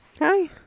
Hi